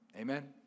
Amen